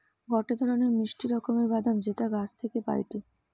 গটে ধরণের মিষ্টি রকমের বাদাম যেটা গাছ থাকি পাইটি